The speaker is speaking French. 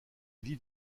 vie